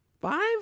Five